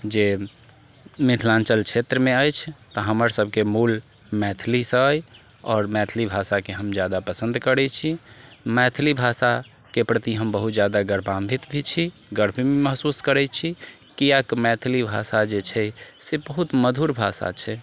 जे मिथिलाञ्चल क्षेत्रमे अछि तऽ हमर सभके मूल मैथिलीसँ अछि आओर मैथिली भाषाके हम जादा पसन्द करैत छी मैथिली भाषाके प्रति हम बहुत जादा गौरवान्वित भी छी गर्व भी महसूस करैत छी किआकि मैथिली भाषा जे छै से बहुत मधुर भाषा छै